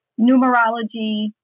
numerology